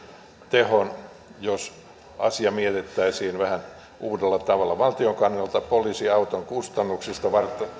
tehon jos asia miellettäisiin vähän uudella tavalla valtion kannalta poliisiauton kustannuksista